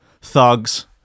thugs